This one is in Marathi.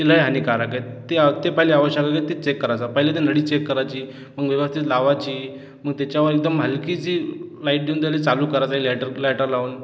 ते लई हानिकारक आहे ते पहिले आवश्यक हे ते चेक करायचा पहिले ते नळी चेक करायची मग व्यवस्थित लावायची मग त्याच्यावर एकदम हलकीशी लाईट देऊन त्याला चालू करायचं लायटर लायटर लावून